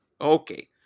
Okay